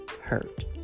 hurt